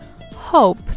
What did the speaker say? hope